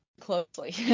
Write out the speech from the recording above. closely